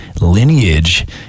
lineage